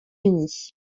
unis